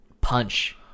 punch